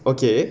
okay